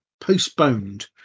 postponed